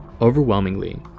Overwhelmingly